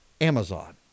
Amazon